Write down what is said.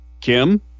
Kim